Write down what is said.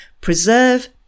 Preserve